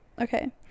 Okay